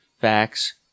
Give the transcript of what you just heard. facts